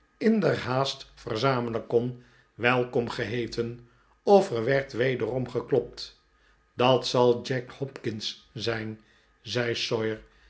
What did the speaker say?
inderhaast verzamelen kon welkom geheeten of er werd wederom geklopt dat zal jack hopkins zijn zei